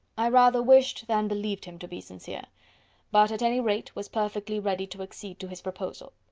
i rather wished, than believed him to be sincere but, at any rate, was perfectly ready to accede to his proposal.